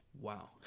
Wow